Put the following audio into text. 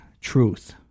Truth